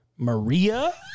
Maria